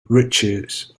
riches